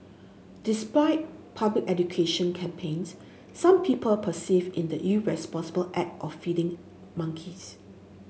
despite public education campaigns some people in the irresponsible act of feeding monkeys